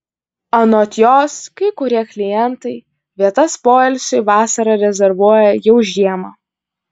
anot jos kai kurie klientai vietas poilsiui vasarą rezervuoja jau žiemą